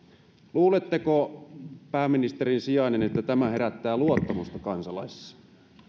luuletteko pääministerin sijainen että tämä herättää luottamusta kansalaisissa